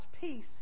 peace